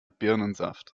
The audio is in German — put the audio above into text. birnensaft